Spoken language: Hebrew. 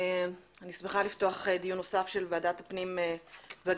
אני שמחה לפתוח דיון נוסף של ועדת הפנים והגנת